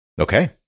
Okay